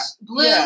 blue